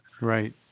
Right